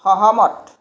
সহমত